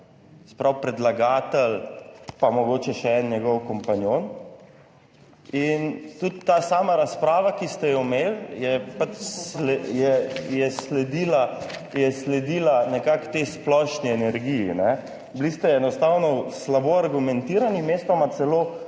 pravi, predlagatelj pa mogoče še en njegov kompanjon. In tudi ta sama razprava, ki ste jo imeli, je pač je sledila, je sledila nekako tej splošni energiji, ne, bili ste enostavno slabo argumentirani, mestoma celo